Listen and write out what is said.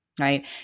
right